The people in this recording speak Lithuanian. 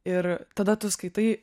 ir tada tu skaitai